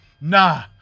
nah